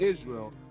Israel